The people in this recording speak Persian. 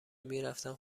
میرفتم